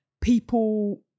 people